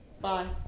bye